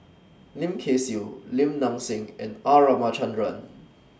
Lim Kay Siu Lim Nang Seng and R Ramachandran